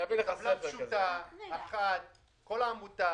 למעשה יש שורה ארוכה של פטורים ומענקים,